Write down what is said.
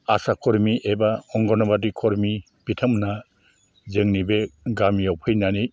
आसा खरमि एबा अंगनावादि खर्मि बिथांमोनहा जोंनि बे गामियाव फैनानै